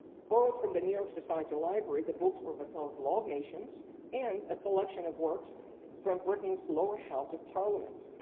both from the new york society library, the books were vattel's law of nations and a collection of works from britain's lower house of parliament.